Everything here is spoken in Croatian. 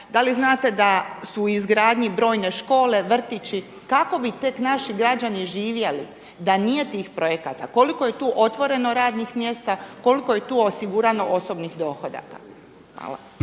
Da li znate da su u izgradnji brojne škole, vrtići? Kako bi tek naši građani živjeli da nije tih projekata? Koliko je tu otvoreno radnih mjesta, koliko je tu osigurano osobnih dohodaka? Hvala.